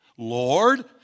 Lord